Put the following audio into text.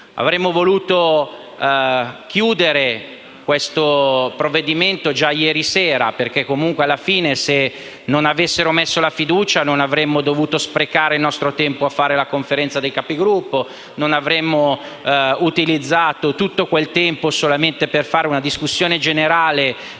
Avremmo voluto concluderne l'esame già ieri sera, perché alla fine, se non avessero messo la fiducia, non avremmo dovuto sprecare il nostro tempo a fare la Conferenza dei Capigruppo; non avremmo utilizzato tutto quel tempo solamente per una discussione sulla